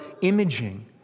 imaging